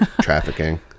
trafficking